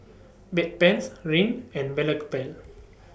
Bedpans Rene and